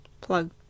Plug